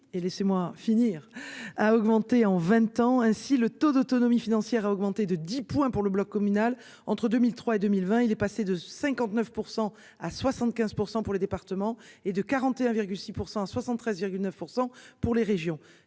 et laissez-moi finir a augmenté en 20 ans. Ainsi le taux d'autonomie financière a augmenté de 10 pour le bloc communal. Entre 2003 et 2020, il est passé de 59% à 75% pour les départements et de 41,6% à 73,9% pour les régions.